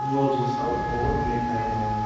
north east आव बहुद मेथाइ दं